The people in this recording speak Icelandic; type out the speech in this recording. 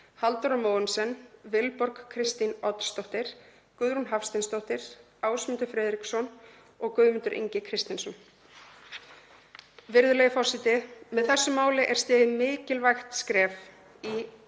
Halldóra Mogensen, Vilborg Kristín Oddsdóttir, Guðrún Hafsteinsdóttir, Ásmundur Friðriksson og Guðmundur Ingi Kristinsson. Virðulegi forseti. Með þessu máli er stigið mikilvægt skref í